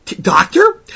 doctor